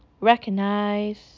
recognize